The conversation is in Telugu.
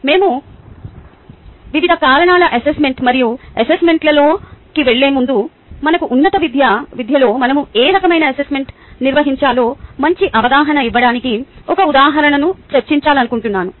మేము వివిధ రకాల అసెస్మెంట్ మరియు అసెస్మెంట్ ప్లాన్లోకి వెళ్ళేముందు మన ఉన్నత విద్యలో మనం ఏ రకమైన అసెస్మెంట్ నిర్వహించాలో మంచి అవగాహన ఇవ్వడానికి ఒక ఉదాహరణను చర్చించాలనుకుంటున్నాను